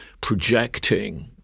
projecting